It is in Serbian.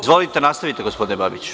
Izvolite, nastavite gospodine Babiću.